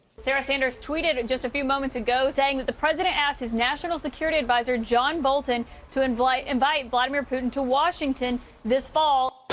sarah sanders tweeted and just a few moments ago saying the president asked his national security adviser john bolton to invite invite vladimir putin to washington this fall.